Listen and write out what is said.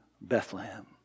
Bethlehem